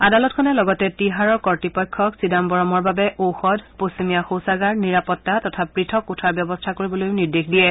আদালতখনে লগতে তিহাৰৰ কৰ্ড়পক্ষক চিদাম্বৰমৰ বাবে ঔষধ পশ্চিমীয়া শৌচাগাৰ নিৰাপত্তা তথা পৃথক কোঠাৰ ব্যৱস্থা কৰিবলৈ নিৰ্দেশ দিয়ে